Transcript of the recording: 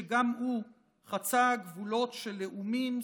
שגם הוא חצה גבולות של לאומים,